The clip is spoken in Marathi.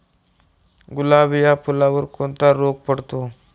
गुलाब या फुलावर कोणता रोग पडतो?